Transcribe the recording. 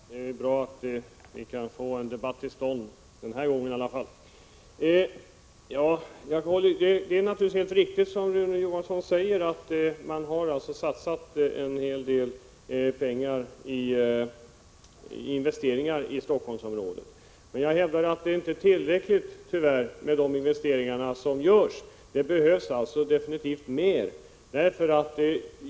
Herr talman! Det är bra att vi i varje fall den här gången kan få till stånd en debatt. Vad Rune Johansson säger är naturligtvis helt riktigt, nämligen att man har satsat en hel del pengar i investeringar i Stockholmsområdet. Ändå hävdar jag att de investeringar som görs, tyvärr, inte är tillräckliga. Det behövs alltså definitivt fler investeringar.